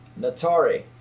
Natari